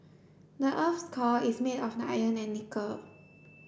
the earth's core is made of iron and nickel